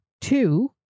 Two